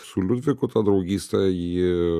su liudviku ta draugystė ji